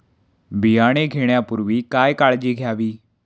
बियाणे घेण्यापूर्वी काय काळजी घ्यावी?